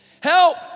Help